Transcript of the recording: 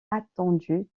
attendu